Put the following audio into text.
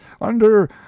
Under